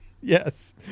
yes